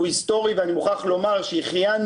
הוא היסטורי ואני מוכרח לומר שהחיינו